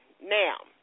Now